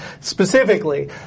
specifically